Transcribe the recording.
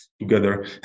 together